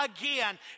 again